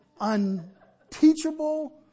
unteachable